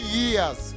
years